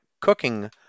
cooking